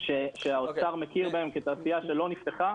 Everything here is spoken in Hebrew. שהאוצר מכיר בהן כתעשייה שלא נפתחה.